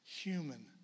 Human